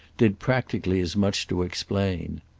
did practically as much to explain.